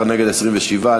אם כן, 15 בעד, 27 נגד.